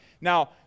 Now